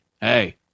hey